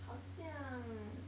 好像